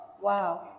Wow